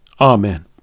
Amen